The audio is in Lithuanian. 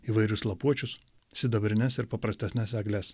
įvairius lapuočius sidabrines ir paprastesnes egles